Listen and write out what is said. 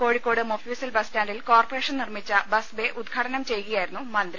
Kozhikode mofussil ബസ്റ്റാന്റിൽ corporation നിർമ്മിച്ച bus bay ഉദ് ഘാടനം ചെയ്യുകയായിരുന്നു മന്ത്രി